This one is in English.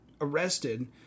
arrested